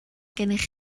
gennych